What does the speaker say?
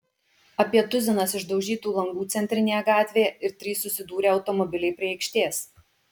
apie tuzinas išdaužytų langų centrinėje gatvėje ir trys susidūrę automobiliai prie aikštės